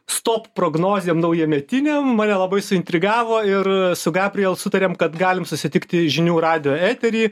stop prognozėm naujametinėm mane labai suintrigavo ir su gabriel sutarėm kad galim susitikti žinių radijo etery